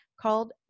called